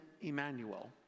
Emmanuel